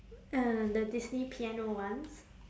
uh the disney piano ones